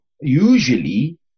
usually